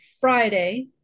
Friday